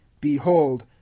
Behold